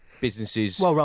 businesses